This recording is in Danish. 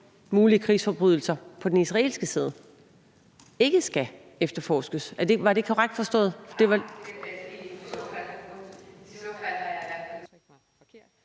mulige krigsforbrydelser på også den israelske side, ikke skal efterforskes. Er det korrekt forstået?